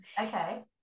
Okay